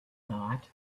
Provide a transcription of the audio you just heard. thought